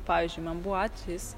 pavyzdžiui man buvo atvejis